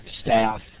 staff